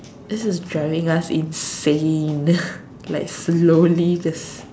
this is driving us insane like slowly just